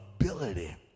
ability